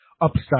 upside